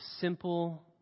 simple